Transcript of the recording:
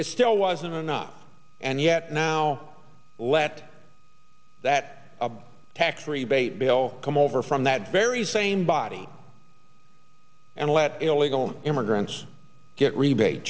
it still wasn't enough and yet now let that tax rebate bill come over for that very same body and let illegal immigrants get rebate